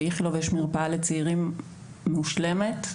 כשבאיכילוב יש מרפאה מושלמת לצעירים.